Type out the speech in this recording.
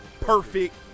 Perfect